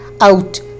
out